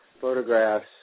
photographs